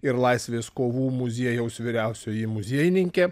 ir laisvės kovų muziejaus vyriausioji muziejininkė